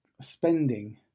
spending